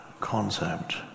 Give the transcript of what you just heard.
concept